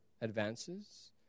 advances